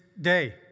day